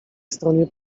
stronie